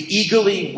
eagerly